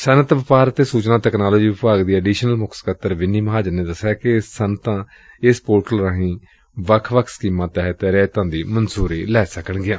ਸੱਨਅਤ ਵਪਾਰ ਅਤੇ ਸੁਚਨਾ ਤਕਨਾਲੋਜੀ ਵਿਭਾਗ ਦੀ ਅਡੀਸ਼ਨਲ ਮੁੱਖ ਸਕੱਤਰ ਵਿੰਨੀ ਮਹਾਜਨ ਨੇ ਦਸਿਆ ਕਿ ਸੱਨਅਤਾਂ ਇਸੱ ਪੋਰਟਲ ਰਾਹੀਂ ਹੀ ਵੱਖ ਵੱਖ ਸਕੀਮਾਂ ਤਹਿਤ ਰਿਆਇਤਾਂ ਦੀ ਮਨਜੂਰੀ ਲੈ ਸਕਣਗੀਆਂ